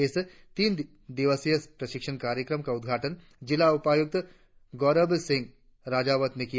इस तीन दिवसीय प्रशिक्षण कार्यक्रम का उदघाटन जिला उपायुक्त गौरव सिंह राजावत ने किया